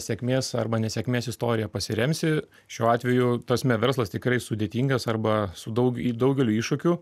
sėkmės arba nesėkmės istoriją pasiremsiu šiuo atveju tas me verslas tikrai sudėtingas arba su daug į daugeliu iššūkių